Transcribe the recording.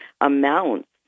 amounts